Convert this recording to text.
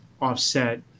offset